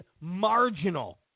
marginal